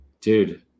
Dude